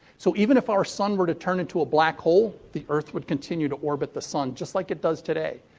so, even if our sun were to turn into a black hole, the earth would continue to orbit the sun, just like it does today.